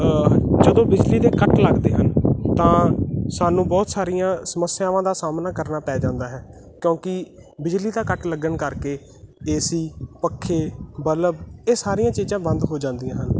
ਜਦੋਂ ਬਿਜਲੀ ਦੇ ਕੱਟ ਲੱਗਦੇ ਹਨ ਤਾਂ ਸਾਨੂੰ ਬਹੁਤ ਸਾਰੀਆਂ ਸਮੱਸਿਆਵਾਂ ਦਾ ਸਾਹਮਣਾ ਕਰਨਾ ਪੈ ਜਾਂਦਾ ਹੈ ਕਿਉਂਕਿ ਬਿਜਲੀ ਦਾ ਕੱਟ ਲੱਗਣ ਕਰਕੇ ਏ ਸੀ ਪੱਖੇ ਬਲਬ ਇਹ ਸਾਰੀਆਂ ਚੀਜ਼ਾਂ ਬੰਦ ਹੋ ਜਾਂਦੀਆਂ ਹਨ